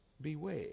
beware